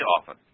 often